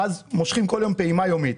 ואז מושכים כל יום פעימה יומית.